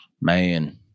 Man